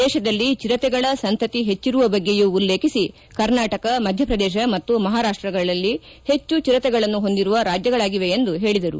ದೇಶದಲ್ಲಿ ಚಿರತೆಗಳ ಸಂತತಿ ಹೆಚ್ಚಿರುವ ಬಗ್ಗೆಯೂ ಉಲ್ಲೇಖಿಸಿ ಕರ್ನಾಟಕ ಮಧ್ಯಪ್ರದೇಶ ಮತ್ತು ಮಹಾರಾಷ್ಟ್ರಗಳು ಹೆಚ್ಚು ಚಿರತೆಗಳನ್ನು ಹೊಂದಿರುವ ರಾಜ್ಯಗಳಾಗಿವೆ ಎಂದು ಹೇಳಿದರು